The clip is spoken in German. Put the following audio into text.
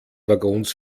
waggons